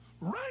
right